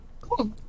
Cool